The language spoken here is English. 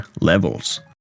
levels